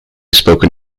spoken